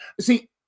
See